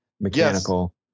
mechanical